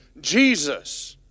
Jesus